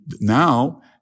now